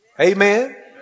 Amen